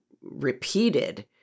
repeated